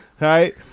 right